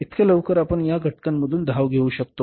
इतक्या लवकर आपण या घटकांमधून धाव घेऊ शकतो